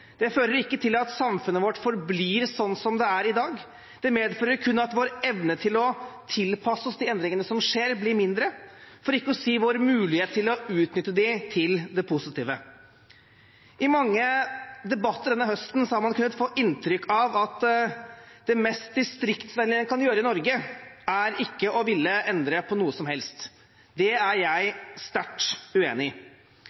fører ikke til at samfunnet vårt forblir slik som det er i dag. Det medfører kun at vår evne til å tilpasse oss de endringene som skjer, blir mindre – for ikke å si vår mulighet til å utnytte dem til det positive. I mange debatter denne høsten har man kunnet få inntrykk av at det mest distriktsvennlige en kan gjøre i Norge, er ikke å ville endre på noe som helst. Det er jeg sterkt uenig i.